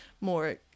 more